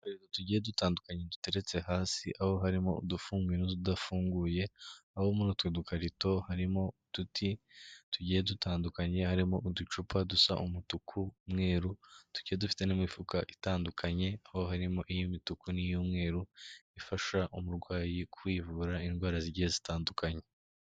Udukarito tugiye dutandukanye duteretse hasi aho harimo udufunguye n'utudafunguye, aho muri utwo dukarito harimo uduti tugiye dutandukanye, harimo uducupa dusa umutuku, umweru tugiye dufite n'imifuka itandukanye, aho harimo iy'imituku n'iy'umweru, ifasha umurwayi kwivura indwara zigiye zitandukanye.